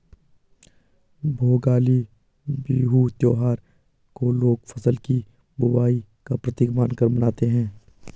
भोगाली बिहू त्योहार को लोग फ़सल की बुबाई का प्रतीक मानकर मानते हैं